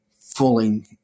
fully